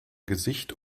gesicht